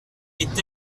est